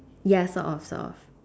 ya sort of sort of